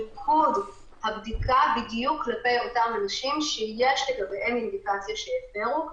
במיקוד הבדיקה בדיוק כלפי אותם אנשים שיש לגביהם אינדיקציה שהם הפרו,